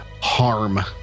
harm